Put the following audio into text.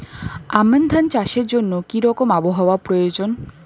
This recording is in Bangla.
আমন ধান চাষের জন্য কি রকম আবহাওয়া প্রয়োজন?